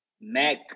Mac